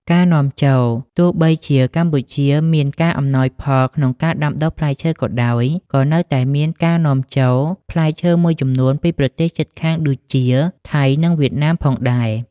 ការនាំចូលទោះបីជាកម្ពុជាមានការអំណោយផលក្នុងការដាំដុះផ្លែឈើក៏ដោយ ក៏នៅតែមានការ នាំចូល ផ្លែឈើមួយចំនួនពីប្រទេសជិតខាងដូចជា ថៃ និងវៀតណាមផងដែរ។